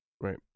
Right